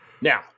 Now